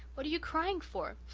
what are you crying for?